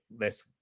less